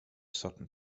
sutton